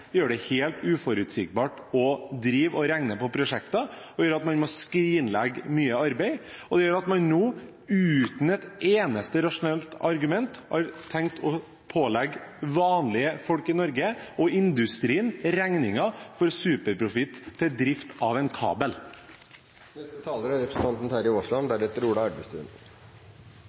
det helt uforutsigbart å drive og regne på prosjekter, og man må skrinlegge mye arbeid. Det gjør at man nå, uten et eneste rasjonelt argument, har tenkt å pålegge vanlige folk i Norge og industrien regningen for superprofitt av å drifte en kabel. Det er ikke første gang denne regjeringen legger fram et lovforslag som svært mange er